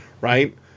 right